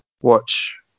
watch